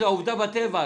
זו עובדה בטבע.